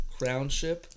crownship